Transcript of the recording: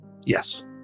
yes